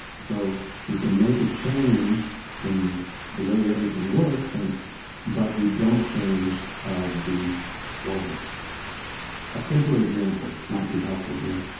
so, you can make a change in the way everything looks, and but you don't change the laws a simpler example might be helpful here.